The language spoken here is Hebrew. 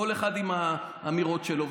כל אחד עם האמירות שלו.